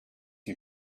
you